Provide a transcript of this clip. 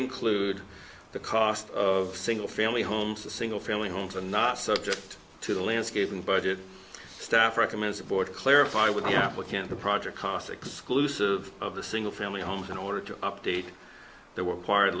include the cost of single family homes to single family homes are not subject to the landscape and budget staff recommends the board clarify with the applicant the project cost exclusive of the single family homes in order to update their